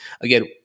Again